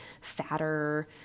fatter